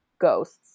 ghosts